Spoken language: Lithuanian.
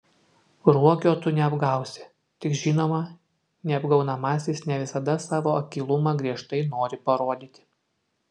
ruokio tu neapgausi tik žinoma neapgaunamasis ne visada savo akylumą griežtai nori parodyti